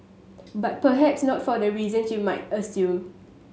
but perhaps not for the reasons you might assume